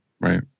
right